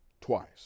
twice